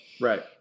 Right